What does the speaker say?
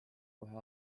kohe